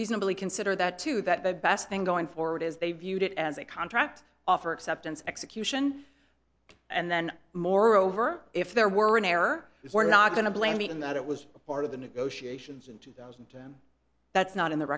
reasonably consider that too that the best thing going forward is they viewed it as a contract offer acceptance execution and then moreover if there were an error we're not going to blame even that it was part of the negotiations in two thousand that's not in the